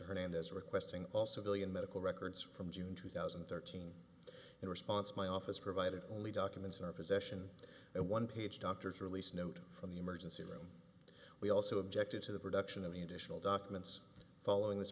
hernandez requesting also billion medical records from june two thousand and thirteen in response my office provided only documents in our possession and one page doctor's release note from the emergency room we also objected to the production of the additional documents following this